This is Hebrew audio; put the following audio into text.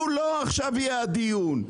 שהוא לא עכשיו יהיה הדיון.